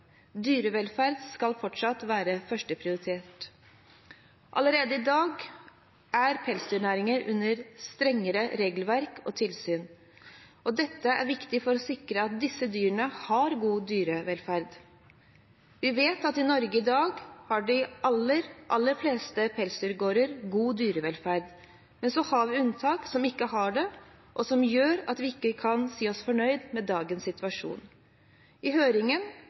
Dyrevelferd skal fortsatt være førsteprioritet. Allerede i dag er pelsdyrnæringen under strengere regelverk og tilsyn, og dette er viktig for å sikre at disse dyrene har god dyrevelferd. Vi vet at i Norge i dag har de aller, aller fleste pelsdyrgårder god dyrevelferd, men så har vi unntak som ikke har det, og som gjør at vi ikke kan si oss fornøyd med dagens situasjon. I høringen